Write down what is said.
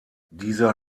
dieser